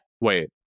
Wait